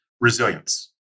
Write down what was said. resilience